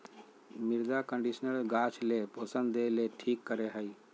मृदा कंडीशनर गाछ ले पोषण देय ले ठीक करे हइ